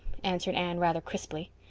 answered anne, rather crisply.